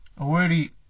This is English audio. already